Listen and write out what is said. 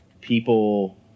people